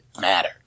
matter